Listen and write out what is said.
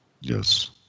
Yes